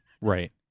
Right